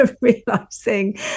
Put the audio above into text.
realizing